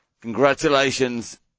Congratulations